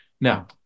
now